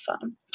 phone